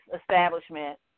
establishment